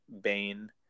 Bane